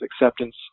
acceptance